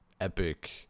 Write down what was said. epic